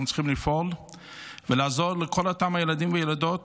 אנחנו צריכים לפעול ולעזור לכל אותם ילדים וילדות